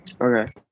Okay